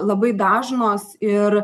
labai dažnos ir